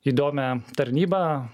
įdomią tarnybą